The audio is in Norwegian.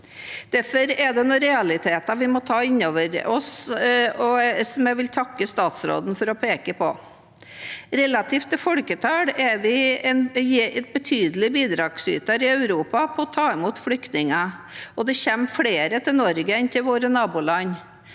Derfor er det noen realiteter vi må ta inn over oss, som jeg vil takke statsråden for å peke på: Relativt sett, i forhold til folketallet, er vi en betydelig bidragsyter i Europa med hensyn til å ta imot flyktninger, og det kommer flere til Norge enn til våre naboland.